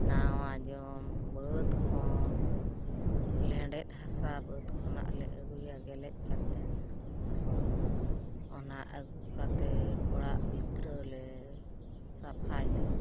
ᱱᱟᱣᱟ ᱡᱚᱢ ᱵᱟᱹᱫ ᱠᱷᱚᱱ ᱞᱮᱸᱰᱮᱫ ᱦᱟᱥᱟ ᱵᱟᱹᱫ ᱠᱷᱚᱱᱟᱜ ᱞᱮ ᱟᱹᱜᱩᱭᱟ ᱜᱮᱞᱮᱡ ᱠᱟᱛᱮ ᱯᱷᱚᱥᱚᱞ ᱚᱱᱟ ᱟᱹᱜᱩ ᱠᱟᱛᱮ ᱚᱲᱟᱜ ᱵᱷᱤᱛᱟᱹᱨᱞᱮ ᱥᱟᱯᱷᱟᱭᱟ